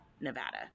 Nevada